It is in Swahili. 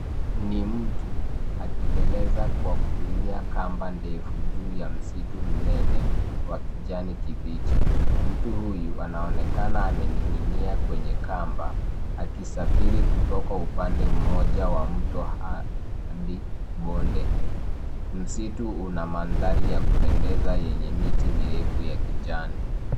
Ni mtu akiteleza kwa kutumia kamba ndefu juu ya maitu mnene wa kijani kibichi. Mtu huyu anaonekana amening'inia kwenye kamba akisafiri kutoka upande mmoja wa mto hadi bonde. Msitu una mandhari ya kupendeza yenye miti mirefu ya kijani.